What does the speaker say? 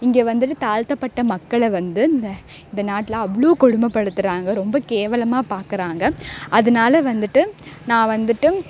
இங்கே வந்துட்டு தாழ்த்தப்பட்ட மக்களை வந்து இந்த இந்த நாட்டில அவ்வளோ கொடுமைப்படுத்துறாங்க ரொம்ப கேவலமாக பார்க்குறாங்க அதனால வந்துட்டு நான் வந்துட்டு